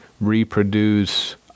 reproduce